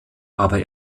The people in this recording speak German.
aber